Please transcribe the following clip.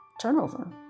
turnover